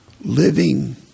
living